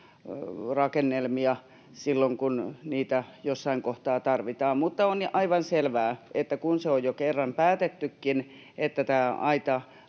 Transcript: rakennelmia silloin, kun niitä jossain kohtaa tarvitaan. Mutta on aivan selvää, että kun on jo kerran päätettykin, että tämä aita